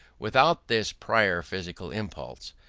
without this prior physical impulse,